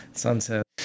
sunset